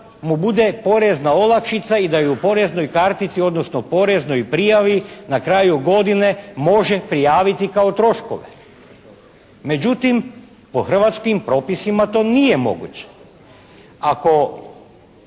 ima mu bude porezna olakšica i da u poreznoj kartici, odnosno poreznoj prijavi na kraju godine može prijaviti kao troškove. Međutim, po hrvatskim propisima to nije moguće. Ako